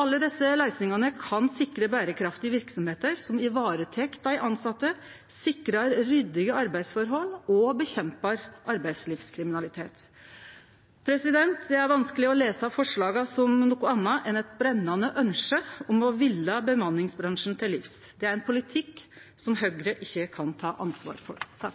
Alle desse løysingane kan sikre berekraftige verksemder, som varetek dei tilsette, sikrar ryddige arbeidsforhold og kjempar mot arbeidslivskriminalitet. Det er vanskeleg å lese forslaga som noko anna enn eit brennande ønske om å ville kome bemanningsbransjen til livs. Det er ein politikk som Høgre ikkje kan ta ansvar for. Det